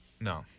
No